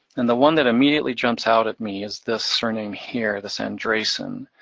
and the one that immediately jumps out at me is this surname here, this andreson.